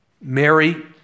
Mary